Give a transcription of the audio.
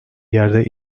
yerde